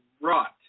rot